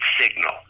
signal